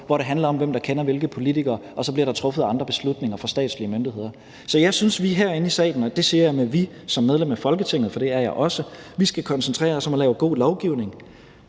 hvor det handler om, hvem der kender hvilke politikere, og så bliver der truffet andre beslutninger fra statslige myndigheders side. Så jeg synes, vi herinde i salen – og med »vi« mener jeg som medlemmer af Folketinget, for det er jeg også – skal koncentrere os om at lave god lovgivning.